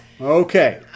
Okay